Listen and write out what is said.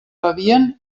bevien